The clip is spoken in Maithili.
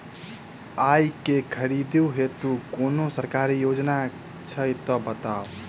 आइ केँ खरीदै हेतु कोनो सरकारी योजना छै तऽ बताउ?